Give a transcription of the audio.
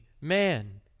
man